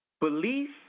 belief